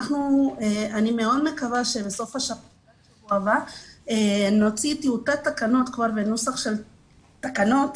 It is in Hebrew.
אני מאוד מקווה שבסוף השבוע הבא נוציא טיוטת תקנות בנוסח של תקנות